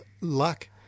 luck